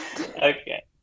Okay